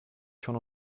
schon